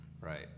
Right